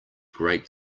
great